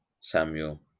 samuel